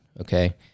Okay